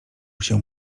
się